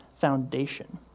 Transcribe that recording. foundation